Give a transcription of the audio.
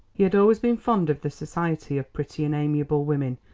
he had always been fond of the society of pretty and amiable women,